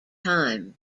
time